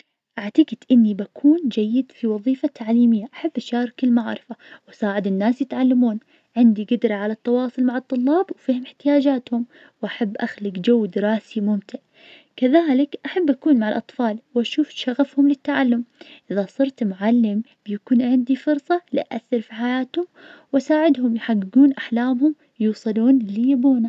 اعتجد إني بكون سئ في وظيفة تكنولوجيا المعلومات, مثل الدعم الفني, ما أحب الأشيا التقنية كثير, واذا صاجدفت أي مشكلة في الكمبيوتر أضيع, كذلك أكره الانتظار على الخطوط للناس اللي يحتاجون مساعدة, أشوف ان هالوظيفة تتطلب صبر ومهارات فنية, وهالمهارات مو عندي, لهالسبب, اتجنب أي وظيفة تتعلق بهالمجال.